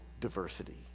diversity